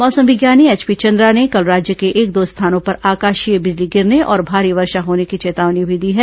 मौसम विज्ञानी एचपी चंद्रा ने कल राज्य के एक दो स्थानों पर आकाशीय बिजली गिरने और भारी वर्षा होने की चेतावनी भी दी है